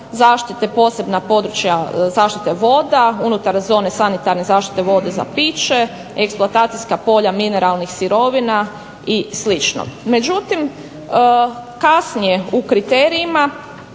zaštita posebnog područja zaštite voda, unutar zone sanitarne zone zaštite vode za piće, eksploatacijska polja mineralnih sirovina i sl. Međutim, kasnije u kriterijima